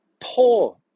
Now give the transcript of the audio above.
Poor